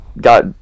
Got